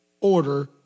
order